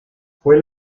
fue